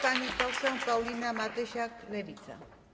Pani poseł Paulina Matysiak, Lewica.